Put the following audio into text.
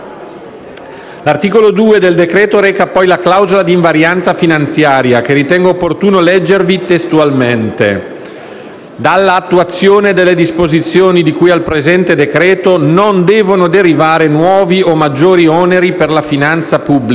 L'articolo 2 del decreto-legge reca, poi, la clausola di invarianza finanziaria, che ritengo opportuno leggervi testualmente: «Dall'attuazione delle disposizioni di cui al presente decreto non devono derivare nuovi o maggiori oneri per la finanza pubblica.